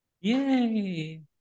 yay